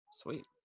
Sweet